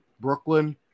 brooklyn